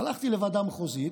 הלכתי לוועדה המחוזית.